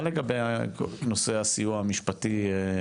מה לגבי נושא הסיוע המשפטי,